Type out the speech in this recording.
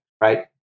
right